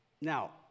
now